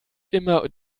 immer